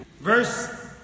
Verse